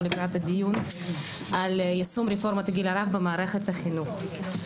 לקראת הדיון על יישום רפורמת הגיל הרך במערכת החינוך.